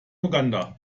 uganda